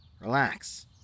Relax